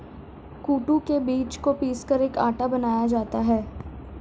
कूटू के बीज को पीसकर एक आटा बनाया जाता है